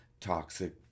toxic